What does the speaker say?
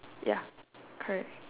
ya correct